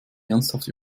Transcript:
ernsthaft